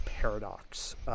Paradox